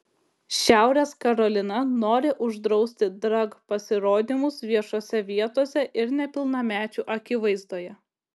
šiaurės karolina nori uždrausti drag pasirodymus viešose vietose ir nepilnamečių akivaizdoje